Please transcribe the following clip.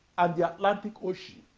and the atlantic ocean